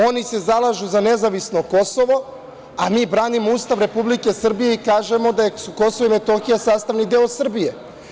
Oni se zalažu za nezavisno Kosovo, a mi branimo Ustav Republike Srbije i kažemo da su Kosovo i Metohija sastavni deo Srbije.